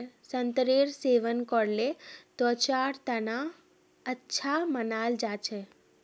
संतरेर सेवन करले त्वचार तना अच्छा मानाल जा छेक